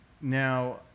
Now